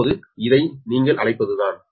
இப்போது இதை நீங்கள் அழைப்பது இதுதான்